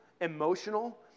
emotional